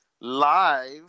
live